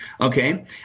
okay